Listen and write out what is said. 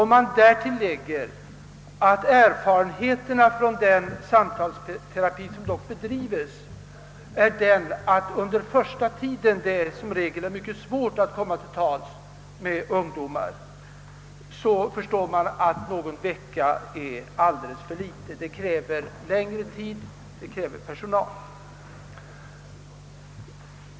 Om man därtill lägger, att erfarenheterna från den samtalsterapi som dock bedrivs är att det under den första tiden är mycket svårt att komma till tals med ungdomar, förstår man att någon vecka är en alldeles för kort tid. Det krävs längre tid, mera personal.